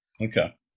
Okay